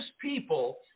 people